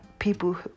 people